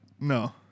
No